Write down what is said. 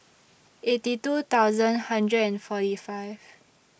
eighty two thousand hundred and forty five